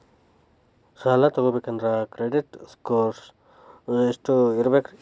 ಸಾಲ ತಗೋಬೇಕಂದ್ರ credit score ಎಷ್ಟ ಇರಬೇಕ್ರಿ?